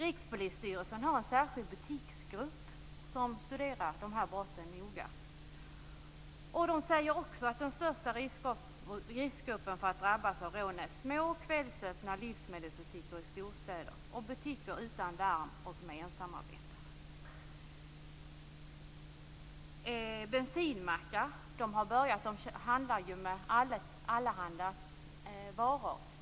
Rikspolisstyrelsen har en särskild butiksgrupp som studerar de här brotten noga. Där säger man också att den största riskgruppen för att drabbas av rån är små, kvällsöppna livsmedelsbutiker i storstäder, butiker utan larm och med ensamarbetare. Bensinmackarna har ju börjat handla med allehanda varor.